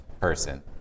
person